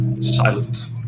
Silent